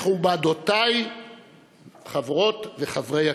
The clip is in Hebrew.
מכובדותי חברות וחברי הכנסת,